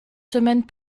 semaines